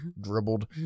dribbled